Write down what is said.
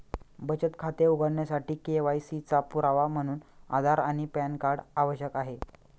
बचत खाते उघडण्यासाठी के.वाय.सी चा पुरावा म्हणून आधार आणि पॅन कार्ड आवश्यक आहे